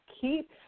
keep